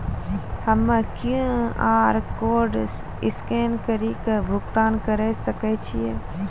हम्मय QR code scan कड़ी के भुगतान करें सकय छियै?